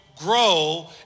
Grow